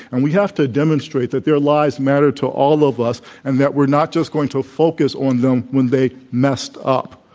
and we have to demonstrate that their lives matter to all of us, and that we're not just going to focus on them when they messed up.